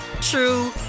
true